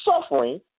suffering